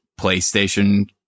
PlayStation